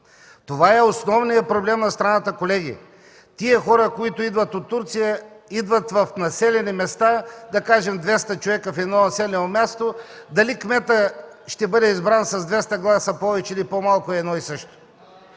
Това е основният проблем на страната, колеги. Тези хора, които идват от Турция, идват в населени места, да кажем – 200 човека в едно населено място. Дали кметът ще бъде избран с 200 гласа повече или по-малко е едно и също.